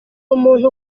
umuntu